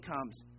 comes